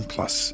Plus